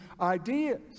ideas